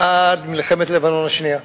עד מלחמת לבנון השנייה.